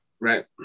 Right